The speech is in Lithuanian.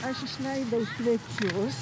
aš išleidau svečius